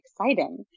exciting